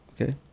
Okay